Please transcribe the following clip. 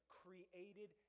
created